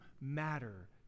matter